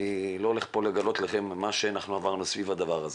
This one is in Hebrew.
אני לא הולך לגלות לכם מה שעברנו סביב הדבר הזה.